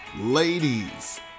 Ladies